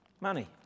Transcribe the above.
money